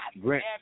Grant